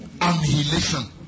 annihilation